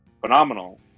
phenomenal